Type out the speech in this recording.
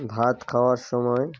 ভাত খাওয়ার সময়